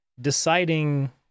deciding